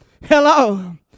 Hello